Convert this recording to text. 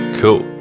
cool